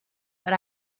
but